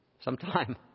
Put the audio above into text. sometime